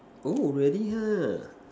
oh really ha